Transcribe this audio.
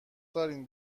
دارین